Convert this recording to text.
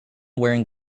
wearing